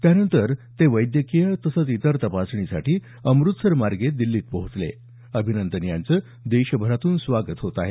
त्यानंतर जे वैद्यकीय तसंच इतर तपासणीसाठी अमृतसरमार्गे दिल्लीत पोहोचले अभिनंदन यांचं देशभरातून स्वागत होत आहे